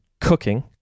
cooking